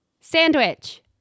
Sandwich